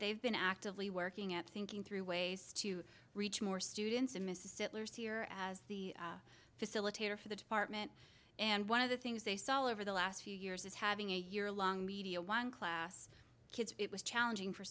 they've been actively working at thinking through ways to reach more students in mississippi here as the facilitator for the department and one of the things they saw over the last few years is having a yearlong media one class kids it was challenging for